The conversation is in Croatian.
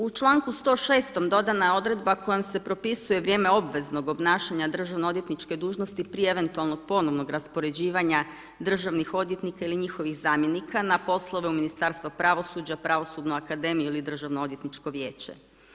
U članku 106. dodana je odredba kojom se propisuje vrijeme obveznog obnašanja državnoodvjetničke dužnosti prije eventualnog ponovno raspoređivanja državnih odvjetnika i njihovih zamjenika na poslove u Ministarstvu pravosuđa, Pravosudnu akademiju ili Državnoodvjetničko vijeće.